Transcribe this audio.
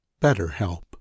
BetterHelp